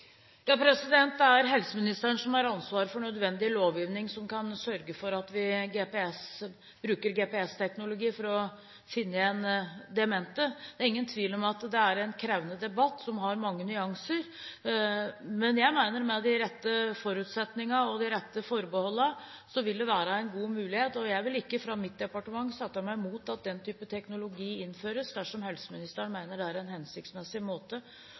Det er helseministeren som har ansvaret for nødvendig lovgivning som kan sørge for at vi bruker GPS-teknologi for å finne igjen demente. Det er ingen tvil om at det er en krevende debatt som har mange nyanser. Men jeg mener at med de rette forutsetningene og de rette forbeholdene vil det være en god mulighet, og jeg vil ikke fra mitt departement sette meg imot at den type teknologi innføres dersom helseministeren mener det er en hensiktsmessig måte